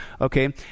okay